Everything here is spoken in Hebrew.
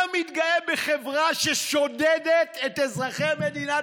אתה מתגאה בחברה ששודדת את אזרחי מדינת